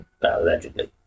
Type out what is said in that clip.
Allegedly